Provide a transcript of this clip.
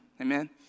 Amen